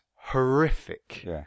horrific